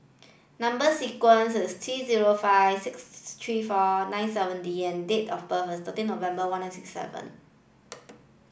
number sequence is T zero five six three four nine seven D and date of birth is thirteen November one nine six seven